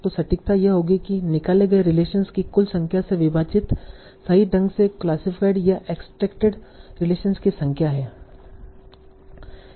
तो सटीकता यह होगी कि निकाले गए रिलेशनस की कुल संख्या से विभाजित सही ढंग से क्लासिफाइड या एक्सट्रेक्टेड रिलेशनस की संख्या है